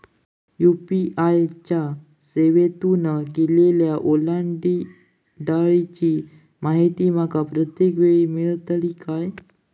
UPI च्या सेवेतून केलेल्या ओलांडाळीची माहिती माका प्रत्येक वेळेस मेलतळी काय?